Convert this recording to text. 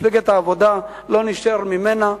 מפלגת העבודה לא נשאר ממנה,